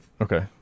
Okay